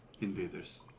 Invaders